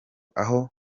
aho